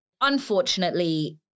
Unfortunately